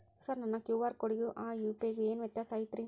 Sir ನನ್ನ QR ಕೊಡಿಗೂ ಆ ಯು.ಪಿ.ಐ ಗೂ ಏನ್ ವ್ಯತ್ಯಾಸ ಐತ್ರಿ?